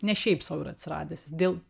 ne šiaip sau yra atsiradęs jis dėl